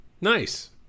Nice